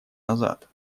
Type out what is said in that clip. назад